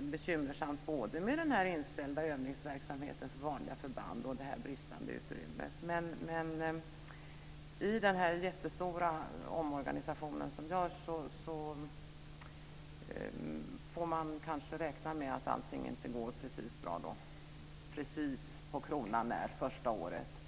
bekymmersamt både med den inställda övningsverksamheten för vanliga förband och det bristande utrymmet. I den här jättestora omorganisationen som görs får man kanske räkna med att allting inte går precis bra och att det blir precis på kronan när första året.